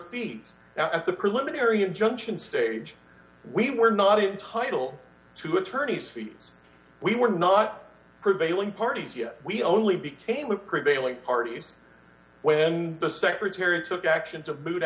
at the preliminary injunction stage we were not entitle to attorneys fees we were not prevailing parties yet we only became the prevailing parties when the secretary took action to boot